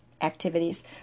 activities